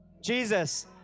Jesus